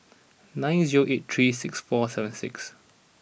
nine zero eight three six four seven six